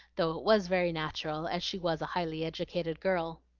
though it was very natural, as she was a highly educated girl.